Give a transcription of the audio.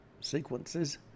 sequences